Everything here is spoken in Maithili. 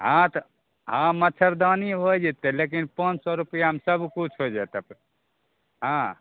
हॅं तऽ हँ मच्छरदानी होय जेतै लेकिन पाँच सए रुपैआमे सब किछु होइ जैत अप हँ